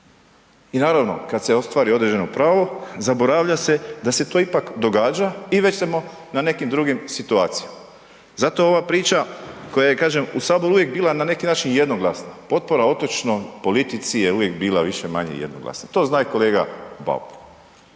I naravno, kad se ostvari određeno pravo, zaboravlja se da se to ipak događa i već .../Govornik se ne razumije./... na nekim drugim situacijama. Zato ova priča, koja je, kažem, u Saboru uvijek bila na neki način jednoglasna, potpora otočnoj politici je uvijek bila više-manje jednoglasna. To zna i kolega Bauk